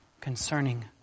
concerning